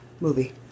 Movie